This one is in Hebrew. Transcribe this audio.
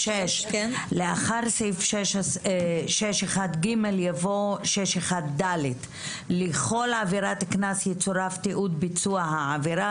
לאחר סעיף 16ג יבוא 16ד. לכל עבירת קנס יצורף תיעוד ביצוע העבירה.